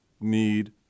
need